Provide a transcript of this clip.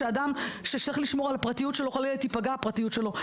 שתיפגע הפרטיות של אדם.